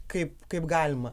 kaip kaip galima